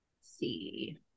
see